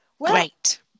Great